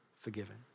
forgiven